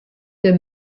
der